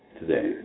today